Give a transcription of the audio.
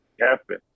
happen